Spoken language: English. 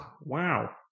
Wow